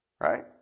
Right